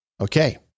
Okay